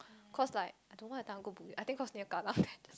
cause like I don't why I everytime go bugis I think cause near Kallang then